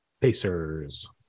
pacers